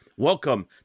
Welcome